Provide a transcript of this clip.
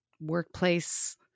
workplace